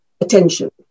attention